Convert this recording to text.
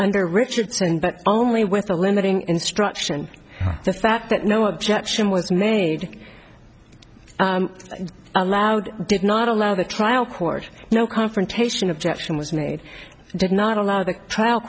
under richardson but only with a limiting instruction that that that no objection was made allowed did not allow the trial court no confrontation objection was made did not allow the trial